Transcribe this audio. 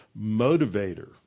motivator